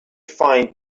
find